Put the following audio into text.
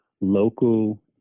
local